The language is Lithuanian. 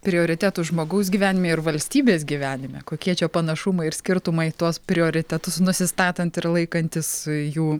prioritetų žmogaus gyvenime ir valstybės gyvenime kokie čia panašumai ir skirtumai tuos prioritetus nusistatant ir laikantis jų